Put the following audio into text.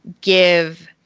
give